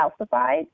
calcified